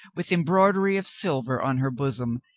with embroidery of silver on her bosom,